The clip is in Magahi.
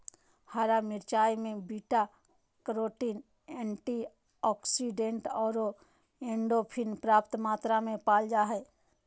हरा मिरचाय में बीटा कैरोटीन, एंटीऑक्सीडेंट आरो एंडोर्फिन पर्याप्त मात्रा में पाल जा हइ